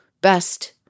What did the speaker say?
best